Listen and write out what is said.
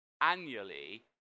annually